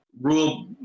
rule